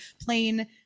plain